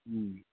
ꯎꯝ